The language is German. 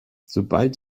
sobald